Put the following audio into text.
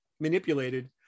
manipulated